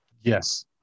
Yes